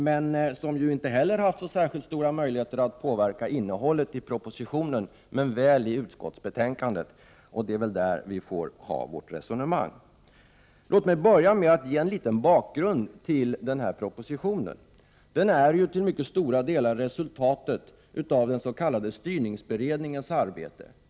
Han har ju inte heller haft så stora möjligheter att påverka innehållet i propositionen, men väl i utskottsbetänkandet — och det är väl om betänkandet vi får ha vårt resonemang här. Låt mig ge en liten bakgrund till denna proposition. Den är ju till mycket stora delar resultatet av den s.k. styrningsberedningens arbete.